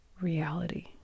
reality